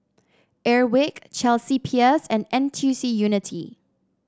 Airwick Chelsea Peers and N T U C Unity